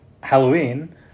Halloween